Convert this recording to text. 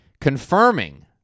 confirming